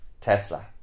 Tesla